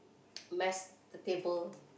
mess the table